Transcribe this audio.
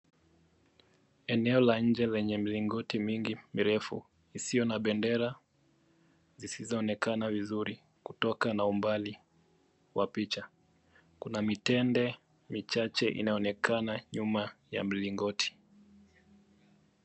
Eneo la nje lenye mlingoti mingi mirefu isiyo na bendera zisizoonekana vizuri kutokana na umbali wa picha. Kuna mitende michache inaonekana nyuma ya mlingoti.